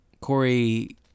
Corey